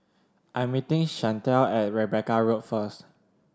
I'm meeting Chantel at Rebecca Road first